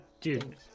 Dude